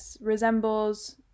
resembles